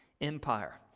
Empire